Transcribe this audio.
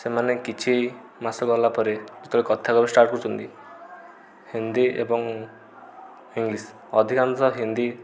ସେମାନେ କିଛି ମାସ ଗଲା ପରେ ଯେତେବଳେ କଥା କହିବା ଷ୍ଟାର୍ଟ କରୁଛନ୍ତି ହିନ୍ଦୀ ଏବଂ ଇଂଲିଶ୍ ଅଧିକାଂଶ ହିନ୍ଦୀ